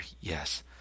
yes